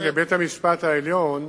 בית-המשפט העליון,